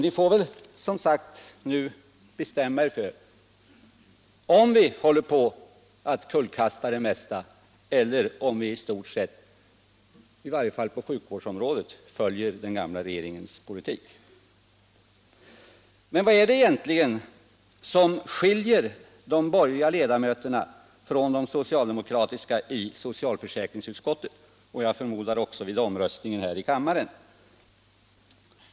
Ni får bestämma er för om vi håller på att kullkasta det mesta eller om vi i stort sett — i varje fall på sjukvårdsområdet — följer den gamla regeringens politik. Men vad är det egentligen som skiljer de borgerliga ledamöterna från de socialdemokratiska i socialförsäkringsutskottet, och jag förmodar även Etableringsregler vid omröstningen här i kammaren?